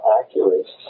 accurate